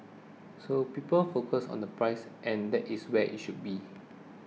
so people focus on the price and that is where it should be